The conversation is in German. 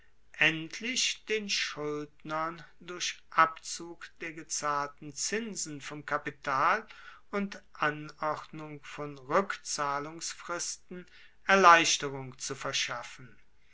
endlich den schuldnern durch abzug der gezahlten zinsen vom kapital und anordnung von rueckzahlungsfristen erleichterung zu verschaffen